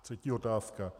Třetí otázka.